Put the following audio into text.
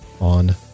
on